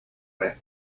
tre